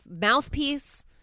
Mouthpiece